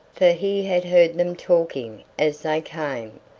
for he had heard them talking as they came,